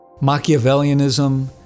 Machiavellianism